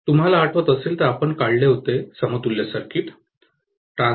तुम्हाला आठवत असेल तर आपण समतुल्य सर्किट काढले होते